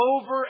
over